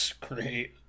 Great